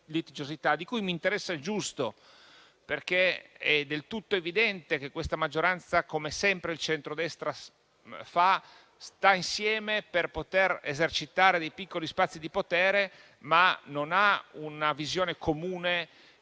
di cui mi interessa il giusto, perché è del tutto evidente che questa maggioranza, come sempre il centrodestra fa, sta insieme per poter esercitare dei piccoli spazi di potere, ma non ha una visione comune